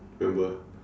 remember